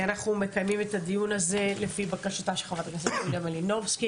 אנחנו מקיימים את הדיון הזה לפי בקשתה של חברת הכנסת יוליה מלינובסקי,